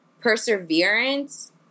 perseverance